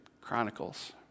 Chronicles